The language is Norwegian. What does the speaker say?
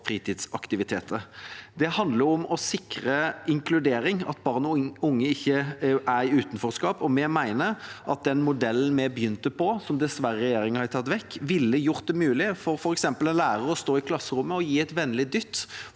fritidsaktiviteter. Det handler om å sikre inkludering, at barn og unge ikke er i utenforskap. Vi mener den modellen vi begynte på, som regjeringa dessverre har tatt vekk, ville gjort det mulig for f.eks. en lærer i klasserommet å gi et vennlig dytt